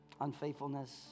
unfaithfulness